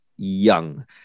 Young